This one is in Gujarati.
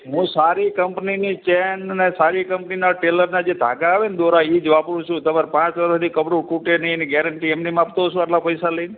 હું સારી કંપનીની ચેન ને સારી કંપનીના ટેલરના જે ધાગા આવે ને દોરા એ જ વાપરું છું તમારે પાંચ વરસથી કપડું તૂટે નહીં એની ગેરંટી એમનેમ આપતો હોઇશું આટલા પૈસા લઈને